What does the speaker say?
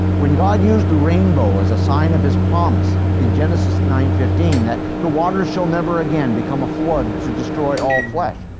when god used the rainbow as a sign of his promise in genesis nine fifteen that the waters shall never again become a flood to destroy all flesh,